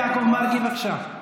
חבר הכנסת יעקב מרגי, בבקשה.